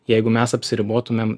jeigu mes apsiribotumėm